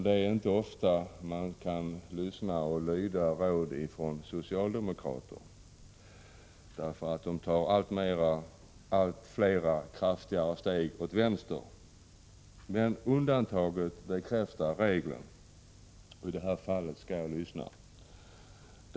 Det är inte ofta som man kan lyda råd från socialdemokrater, för de tar allt flera och allt kraftigare steg åt vänster. Men undantaget bekräftar regeln, och i detta fall skall jag lyssna.